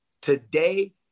Today